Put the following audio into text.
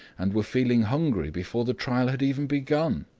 and were feeling hungry before the trial had even begun.